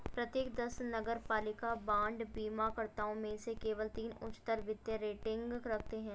प्रत्येक दस नगरपालिका बांड बीमाकर्ताओं में से केवल तीन उच्चतर वित्तीय रेटिंग रखते हैं